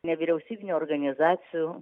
nevyriausybinių organizacijų